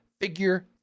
figure